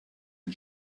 den